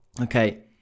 Okay